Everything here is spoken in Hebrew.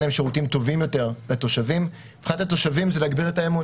להם שירותים טובים יותר לתושבים; מבחינת התושבים זה הגברת האמון